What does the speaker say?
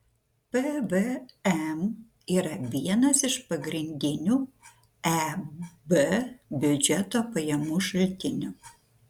pvm yra vienas iš pagrindinių eb biudžeto pajamų šaltinių